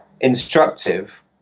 instructive